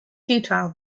futile